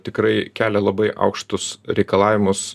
tikrai kelia labai aukštus reikalavimus